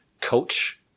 coach